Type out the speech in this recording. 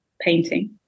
painting